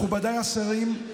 מכובדיי השרים,